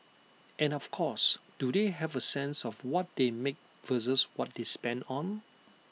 and of course do they have A sense of what they make versus what they spend on